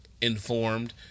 informed